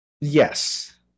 Yes